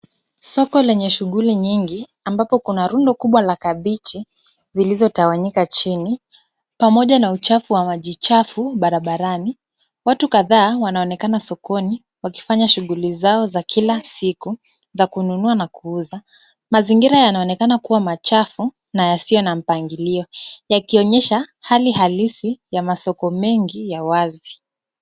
Soko lenye shughuli nyingi ambapo kuna rundo kubwa la kabichi zilizotawanyika chini pamoja na uchafu wa maji chafu barabarani. Watu kadhaa wanaonekana sokoni wakifanya shughuli zao za kila siku za kununua na kuuza. Mazingira yanaonekana kuwa machafu na yasiyo na mpangilio, yakionyesha hali halisi ya masoko mengi ya wazi.